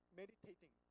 meditating